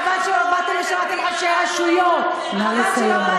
חבל שלא באתם ושמעתם ראשי רשויות, נא לסיים.